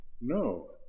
no